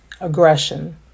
aggression